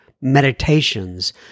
meditations